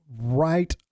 Right